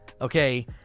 okay